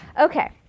Okay